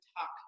talk